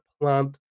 plant